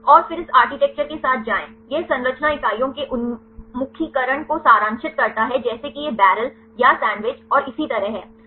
और फिर इस आर्किटेक्चर के साथ जाएं यह संरचना इकाइयों के उन्मुखीकरण को सारांशित करता है जैसे कि यह बैरल या सैंडविच और इसी तरह है